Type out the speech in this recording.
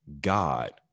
God